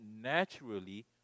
naturally